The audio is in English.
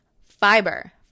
Fiber